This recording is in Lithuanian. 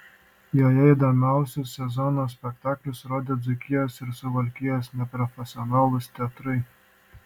joje įdomiausius sezono spektaklius rodė dzūkijos ir suvalkijos neprofesionalūs teatrai